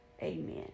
Amen